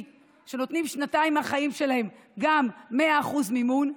שנותנים שנתיים מהחיים שלהם 100% מימון.